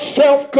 self